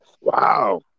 Wow